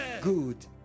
good